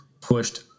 pushed